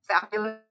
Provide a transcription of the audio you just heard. fabulous